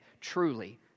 truly